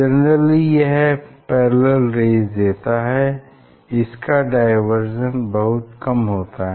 generally यह parallel rays देता है इसका डाईवर्जेन्स बहुत कम होता है